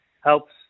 helps